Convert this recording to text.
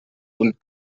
und